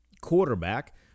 quarterback